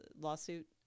lawsuit